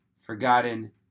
forgotten